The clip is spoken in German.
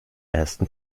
ersten